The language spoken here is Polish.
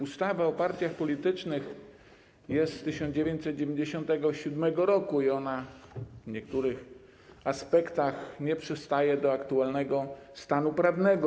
Ustawa o partiach politycznych jest z 1997 r. i w niektórych aspektach nie przystaje do aktualnego stanu prawnego.